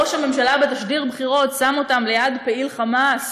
ראש הממשלה בתשדיר הבחירות שם אותם ליד פעיל "חמאס"